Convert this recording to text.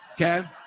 Okay